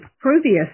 previous